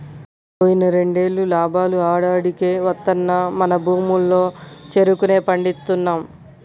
పోయిన రెండేళ్ళు లాభాలు ఆడాడికే వత్తన్నా మన భూముల్లో చెరుకునే పండిస్తున్నాం